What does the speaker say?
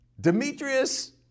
Demetrius